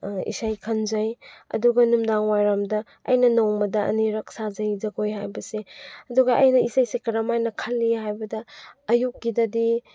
ꯏꯁꯩ ꯈꯟꯖꯩ ꯑꯗꯨꯒ ꯅꯨꯡꯗꯥꯡꯋꯥꯏꯔꯝꯗ ꯑꯩꯅ ꯅꯣꯡꯃꯗ ꯑꯅꯤꯔꯛ ꯁꯥꯖꯩ ꯖꯒꯣꯏ ꯍꯥꯏꯕꯁꯦ ꯑꯗꯨꯒ ꯑꯩꯅ ꯏꯁꯩꯁꯦ ꯀꯔꯝꯃꯥꯏꯅ ꯈꯜꯂꯤ ꯍꯥꯏꯕꯗ ꯑꯌꯨꯛꯀꯤꯗꯗꯤ